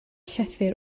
llythyr